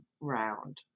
round